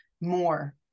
more